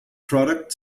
product